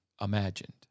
imagined